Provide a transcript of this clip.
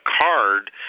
card